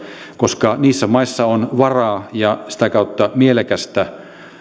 koska niissä maissa on varaa ja sitä kautta mielekästä